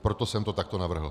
Proto jsem to takto navrhl.